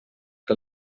que